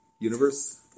universe